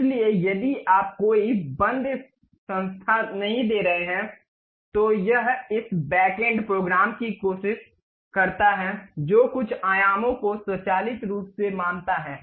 इसलिए यदि आप कोई बंद संस्था नहीं दे रहे हैं तो यह इस बैक एंड प्रोग्राम की कोशिश करता है जो कुछ आयामों को स्वचालित रूप से मानता है